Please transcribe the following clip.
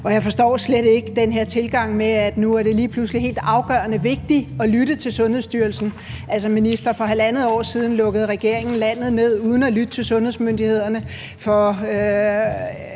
Jeg forstår slet ikke den her tilgang med, at det lige pludselig er helt afgørende vigtigt at lytte til Sundhedsstyrelsen. Altså, minister, for halvandet år siden lukkede regeringen landet ned uden at lytte til sundhedsmyndighederne, og